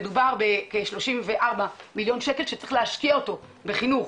מדובר בכ-34,000,000 שקל שצריך להשקיע אותם בחינוך.